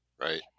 right